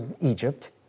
Egypt